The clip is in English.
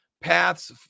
paths